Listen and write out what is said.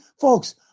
folks